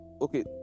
okay